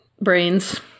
brains